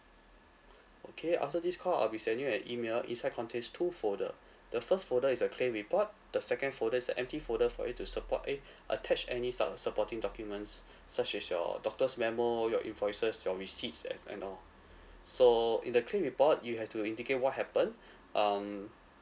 okay after this call I'll be sending you an email inside contains two folder the first folder is a claim report the second folder is a empty folder for you to support it attach any sul~ supporting documents such as your doctor's memo your invoices your receipts and and all so in the claim report you have to indicate what happen um